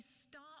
stop